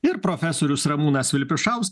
ir profesorius ramūnas vilpišauskas